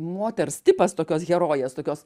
moters tipas tokios herojės tokios